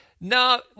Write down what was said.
No